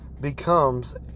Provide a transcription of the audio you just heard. becomes